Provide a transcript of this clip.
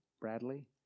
Bradley